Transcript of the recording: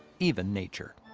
even nature.